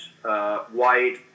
white